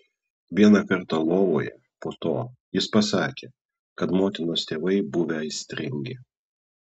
vieną kartą lovoje po to jis pasakė kad motinos tėvai buvę aistringi